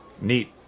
Neat